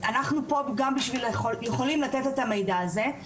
אנחנו פה יכולים לתת את המידע הזה.